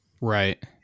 right